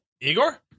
igor